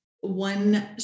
one